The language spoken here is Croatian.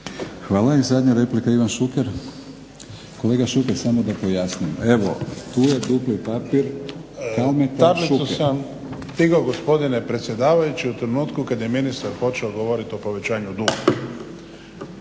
(HNS)** I zadnja replika Ivan Šuker. Kolega Šuker, samo da pojasnim. Evo tu je dupli papir Kalmeta-Šuker. **Šuker, Ivan (HDZ)** Tablicu sam dignuo gospodine predsjedavajući u trenutku kad je ministar počeo govoriti o povećanju duga.